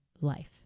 life